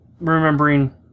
remembering